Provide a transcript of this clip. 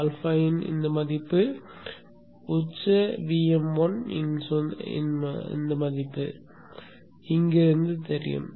α இன் இந்த மதிப்பு உச்ச Vm1 இன் இந்த மதிப்பு இங்கிருந்து தெரியும்